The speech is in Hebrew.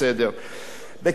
בקשר לערוץ-10,